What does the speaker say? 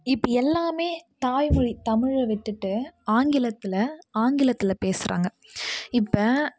இப்போ எல்லாமே தாய்மொழி தமிழை விட்டுட்டு ஆங்கிலத்தில் ஆங்கிலத்தில் பேசுகிறாங்க இப்போ